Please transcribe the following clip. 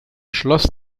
schloss